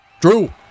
Drew